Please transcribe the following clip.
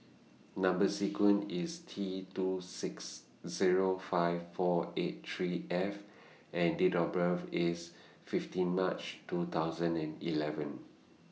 Number sequence IS T two six Zero five four eight three F and Date of birth IS fifteen March two thousand and eleven